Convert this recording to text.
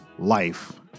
life